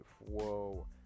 whoa